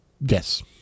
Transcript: Yes